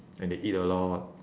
and they eat a lot